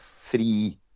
three